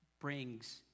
brings